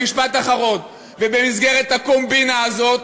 משפט אחרון, ובמסגרת הקומבינה הזאת